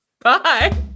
Bye